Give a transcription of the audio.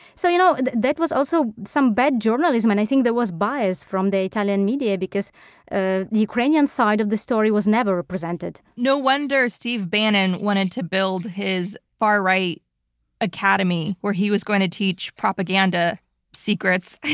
so you know that that was also some bad journalism. and i think there was bias from the italian media. the ah ukrainian side of the story was never presented. no wonder steve bannon wanted to build his far right academy, where he was going to teach propaganda secrets,